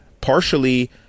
partially